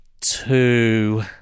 two